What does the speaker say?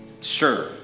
Sure